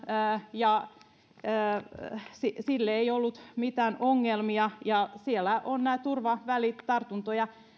ja siinä ei ollut mitään ongelmia ja siellä on nämä turvavälit tartuntoja